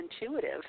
intuitive